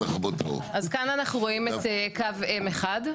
אז כאן אנחנו רואים את קו M1,